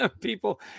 people